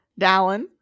Dallin